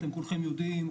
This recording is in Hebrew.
אתם כולכם יודעים,